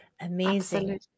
amazing